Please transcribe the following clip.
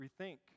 rethink